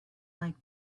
like